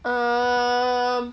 um